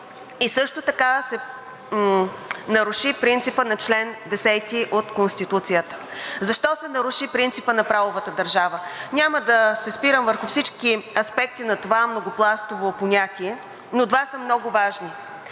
и също така се наруши принципът на чл. 10 от Конституцията. Защо се наруши принципът на правовата държава? Няма да се спирам върху всички аспекти на това многопластово понятие, но два са много важни.